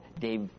Dave